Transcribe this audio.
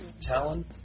Talon